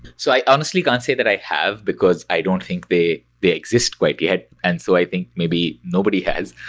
so i honestly can't say that i have, because i don't think they they exist quite yet. and so i think maybe nobody has.